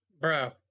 Bro